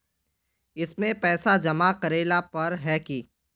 इसमें पैसा जमा करेला पर है की?